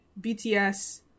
bts